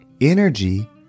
Energy